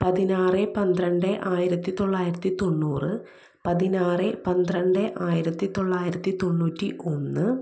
പതിനാറ് പന്ത്രണ്ട് ആയിരത്തി തൊള്ളായിരത്തി തൊണ്ണൂറ് പതിനാറ് പന്ത്രണ്ട് ആയിരത്തി തൊള്ളായിരത്തി തൊണ്ണൂറ്റി ഒന്ന്